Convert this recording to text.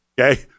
Okay